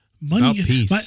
Money